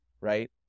right